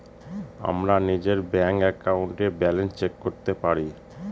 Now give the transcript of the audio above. আমরা নিজের ব্যাঙ্ক একাউন্টে ব্যালান্স চেক করতে পারি